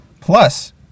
Plus